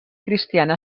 cristiana